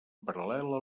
paral·lela